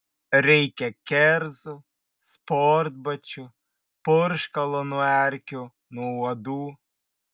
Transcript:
reikia kerzų sportbačių purškalo nuo erkių nuo uodų